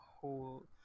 whole